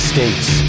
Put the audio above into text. States